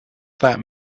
that